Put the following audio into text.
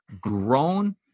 grown